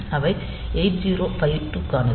அவை 8052 க்கானவை